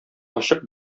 ачык